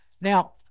Now